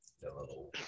Hello